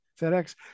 FedEx